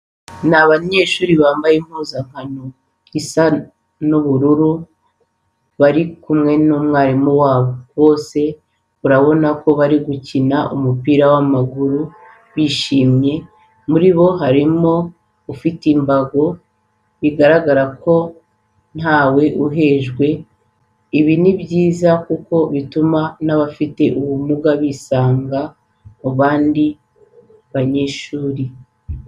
Ni abanyeshuri bambaye impuzankano isa ubururu bari kumwe n'umwerimu wabo. Bose urabona ko bari gukina umupira w'amaguru bishimye. Muri bo harimo n'ufite imbago bigaragaza ko ntawe uhejwe. Ibi ni byiza kuko bituma n'abafite ubumuga bisanga mu bandi banyehuri.